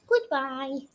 Goodbye